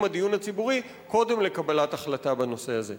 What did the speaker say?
הדיון הציבורי קודם לקבלת החלטה בנושא הזה.